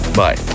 bye